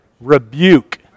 rebuke